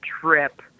trip